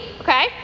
okay